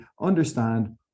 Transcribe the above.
understand